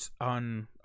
on